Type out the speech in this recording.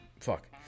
Fuck